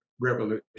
revolution